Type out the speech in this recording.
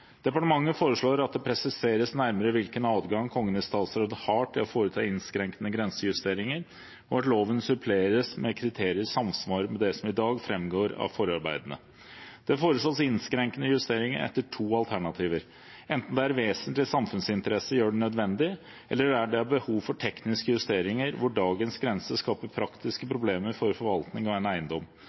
Departementet foreslår at det presiseres nærmere hvilken adgang Kongen i statsråd har til å foreta innskrenkende grensejusteringer, og at loven suppleres med kriterier i samsvar med det som i dag framgår av forarbeidene. Det foreslås innskrenkende justeringer etter to alternativer: enten der vesentlige samfunnsinteresser gjør det nødvendig eller der det er behov for tekniske justeringer hvor dagens grense skaper praktiske problemer for forvaltningen av en eiendom